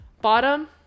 bottom